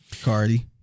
Cardi